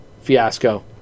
fiasco